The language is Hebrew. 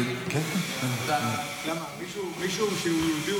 למה מישהו שהוא יהודי,